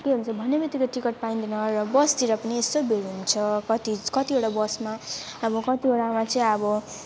के हुन्छ भन्ने बित्तिकै टिकट पाइँदैन र बसतिर पनि यस्तो भिड हुन्छ कति कतिवटा बसमा अब कतिवटामा चाहिँ अब